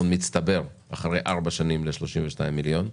מצטבר אחרי ארבע שנים לגירעון מצטבר של 32 מיליון שקל.